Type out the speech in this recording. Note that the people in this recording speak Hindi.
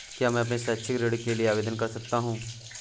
क्या मैं अपने शैक्षिक ऋण के लिए आवेदन कर सकता हूँ?